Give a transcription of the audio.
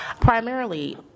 Primarily